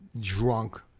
drunk